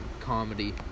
comedy